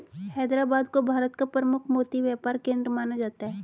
हैदराबाद को भारत का प्रमुख मोती व्यापार केंद्र माना जाता है